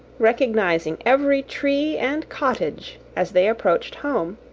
recognising every tree and cottage as they approached home,